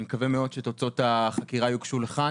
אני מקווה מאוד שתוצאות החקירה יוגשו לכאן